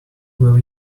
will